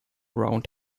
round